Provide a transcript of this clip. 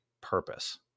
purpose